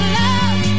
love